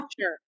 Sure